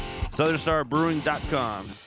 SouthernstarBrewing.com